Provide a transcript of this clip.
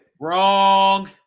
Wrong